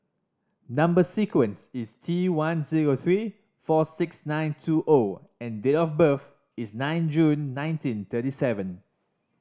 number sequence is T one zero three four six nine two O and date of birth is nine June nineteen thirty seven